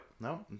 No